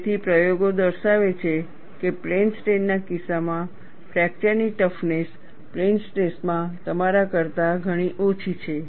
તેથી પ્રયોગો દર્શાવે છે કે પ્લેન સ્ટ્રેઈન ના કિસ્સામાં ફ્રેક્ચરની ટફનેસ પ્લેન સ્ટ્રેસ માં તમારા કરતા ઘણી ઓછી છે